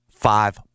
Five